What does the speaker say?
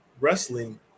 wrestling